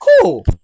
cool